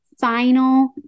final